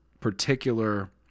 particular